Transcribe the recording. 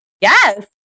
Yes